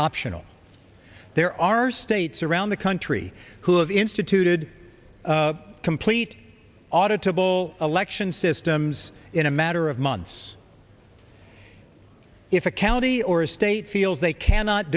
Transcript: optional there are states around the country who have instituted complete audit to ball election systems in a matter of months if a county or a state feels they cannot